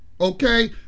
Okay